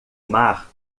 mar